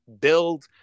build